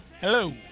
hello